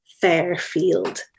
Fairfield